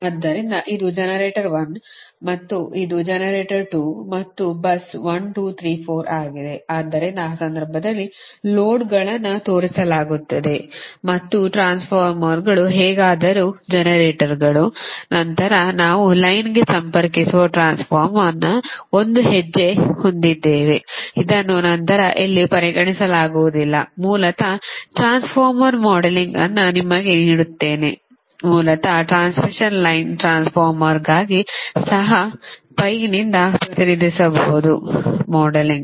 ಆದ್ದರಿಂದ ಇದು ಜನರೇಟರ್ 1 ಮತ್ತು ಇದು ಜನರೇಟರ್ 2 ಮತ್ತು ಬಸ್ 1 2 3 4 ಆಗಿದೆ ಆದ್ದರಿಂದ ಆ ಸಂದರ್ಭದಲ್ಲಿ ಲೋಡ್ಗಳನ್ನು ತೋರಿಸಲಾಗುತ್ತದೆ ಮತ್ತು ಟ್ರಾನ್ಸ್ಫಾರ್ಮರ್ಗಳು ಹೇಗಾದರೂ ಜನರೇಟರ್ಗಳು ನಂತರ ನಾವು ಲೈನ್ಗೆ ಸಂಪರ್ಕಿಸುವ ಟ್ರಾನ್ಸ್ಫಾರ್ಮರ್ನ ಒಂದು ಹೆಜ್ಜೆ ಹೊಂದಿದ್ದೇವೆ ಇದನ್ನು ನಂತರ ಇಲ್ಲಿ ಪರಿಗಣಿಸಲಾಗುವುದಿಲ್ಲ ಮೂಲತಃ ಟ್ರಾನ್ಸ್ಫಾರ್ಮರ್ ಮಾಡೆಲಿಂಗ್ ಅನ್ನು ನಿಮಗೆ ನೀಡುತ್ತೇನೆ ಮೂಲತಃ ಟ್ರಾನ್ಸ್ಮಿಷನ್ ಲೈನ್ ಟ್ರಾನ್ಸ್ಫಾರ್ಮರ್ಗಾಗಿ ಸಹ pi ನಿಂದ ಪ್ರತಿನಿಧಿಸಬಹುದು ಮಾಡೆಲಿಂಗ್